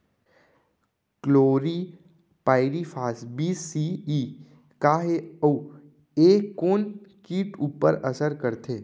Chlorpyrifos बीस CE का हे अऊ ए कोन किट ऊपर असर करथे?